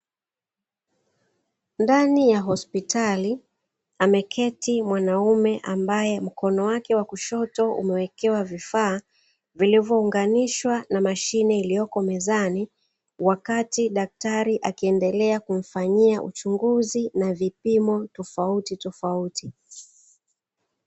Ndani ya hospitali ameketi mwanaume ambaye mkono wake wa kushoto umewekewa vifaa vilivyounganishwa na mashine iliyopo mezani, wakati daktari akiendelea kumfanyia uchunguzi na vipimo tofautitofauti.